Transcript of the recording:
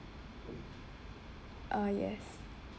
uh yes